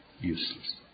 useless